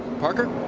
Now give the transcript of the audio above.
parker?